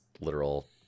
literal